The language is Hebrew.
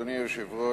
אדוני היושב-ראש,